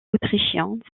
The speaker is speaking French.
autrichiens